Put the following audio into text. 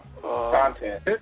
content